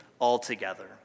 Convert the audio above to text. altogether